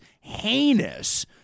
heinous